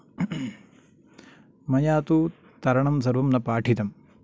मया तु तरणं सर्वं न पाठितम्